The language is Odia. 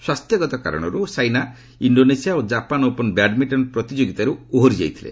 ସ୍ୱାସ୍ଥ୍ୟଗତ କାରଣରୁ ସାଇନା ଇଶ୍ଡୋନେସିଆ ଓ ଜାପାନ ଓପନ୍ ବ୍ୟାଡ୍ମିଣ୍ଟନ୍ ପ୍ରତିଯୋଗିତାରୁ ଓହରି ଯାଇଥିଲେ